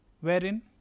wherein